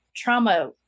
trauma